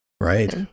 Right